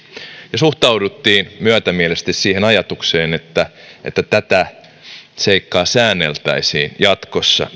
ja suhtauduttiin myötämielisesti siihen ajatukseen että että tätä seikkaa säänneltäisiin jatkossa